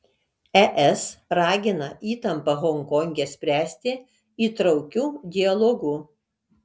es ragina įtampą honkonge spręsti įtraukiu dialogu